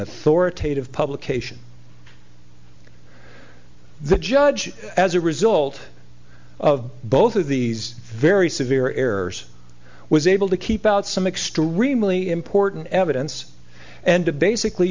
authoritative publication the judge as a result of both of these very severe errors was able to keep out some extremely important evidence and to basically